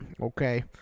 Okay